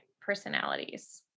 personalities